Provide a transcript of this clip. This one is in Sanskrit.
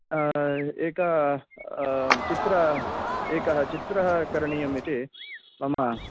एक चित्र एकः चित्रः करणियम् इति मम